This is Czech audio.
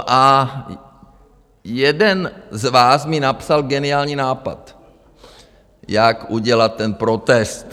A jeden z vás mi napsal geniální nápad, jak udělat ten protest.